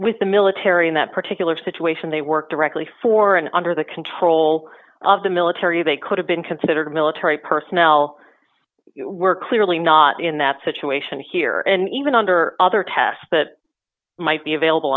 with the military in that particular situation they worked directly for and under the control of the military they could have been considered military personnel were clearly not in that situation here and even under other tests that might be available